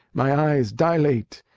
my eyes dilate,